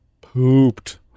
pooped